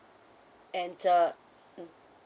and the mm